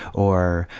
or,